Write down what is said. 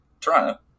Toronto